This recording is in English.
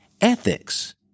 ethics